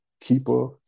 Keeper